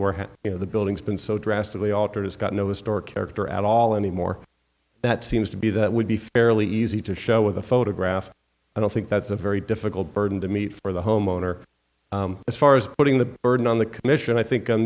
have you know the building's been so drastically altered it's got no historic character at all anymore that seems to be that would be fairly easy to show with a photograph and i think that's a very difficult burden to meet for the homeowner as far as putting the burden on the commission i think on